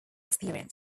experience